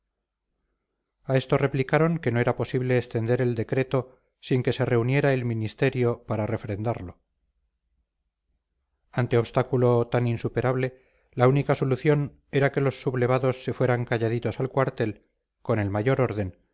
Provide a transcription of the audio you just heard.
a esto replicaron que no era posible extender el decreto sin que se reuniera el ministerio para refrendarlo ante obstáculo tan insuperable la única solución era que los sublevados se fueran calladitos al cuartel con el mayor orden